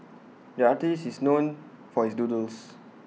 the artist is known for his doodles